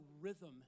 rhythm